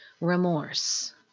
remorse